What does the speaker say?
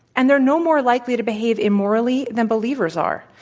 and they're no more likely to behave immorally than believers are.